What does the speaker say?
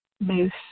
moose